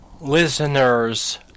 Listeners